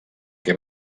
que